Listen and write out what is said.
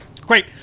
Great